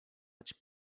vaig